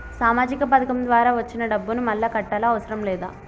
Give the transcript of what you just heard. సామాజిక పథకం ద్వారా వచ్చిన డబ్బును మళ్ళా కట్టాలా అవసరం లేదా?